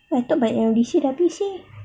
I thought by end of this year dah habis seh